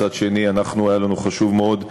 מצד שני, אנחנו, היה לנו חשוב מאוד,